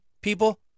people